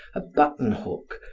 a button-hook,